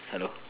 hello